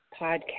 podcast